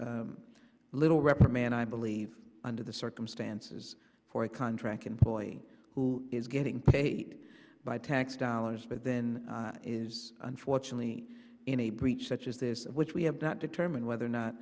a little reprimand i believe under the circumstances for a contract employee who is getting paid by tax dollars but then is unfortunately in a breach such as this which we have that determine whether or